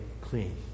clean